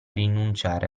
rinunciare